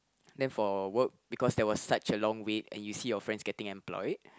then for work because there was such a long wait and you see your friends getting employed